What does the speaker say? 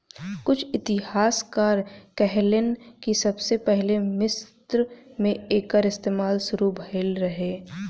कुछ इतिहासकार कहेलेन कि सबसे पहिले मिस्र मे एकर इस्तमाल शुरू भईल रहे